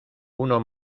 uno